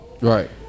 Right